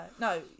No